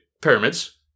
pyramids